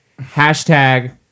Hashtag